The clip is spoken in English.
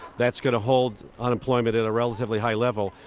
that's going to hold unemployment at a relatively high level.